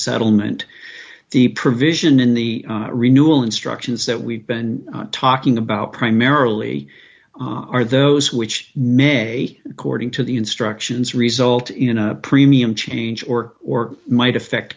settlement the provision in the renewal instructions that we've been talking about primarily are those which may according to the instructions result in a premium change or or might affect